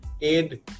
aid